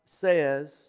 says